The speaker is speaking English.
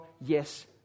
yes